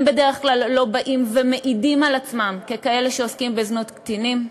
הם בדרך כלל לא באים ומעידים על עצמם ככאלה שעוסקים בזנות קטינים,